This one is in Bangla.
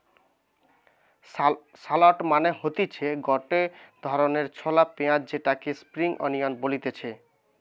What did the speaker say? শালট মানে হতিছে গটে ধরণের ছলা পেঁয়াজ যেটাকে স্প্রিং আনিয়ান বলতিছে